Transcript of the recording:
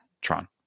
Tron